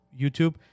YouTube